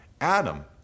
Adam